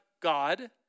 God